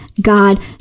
God